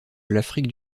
l’afrique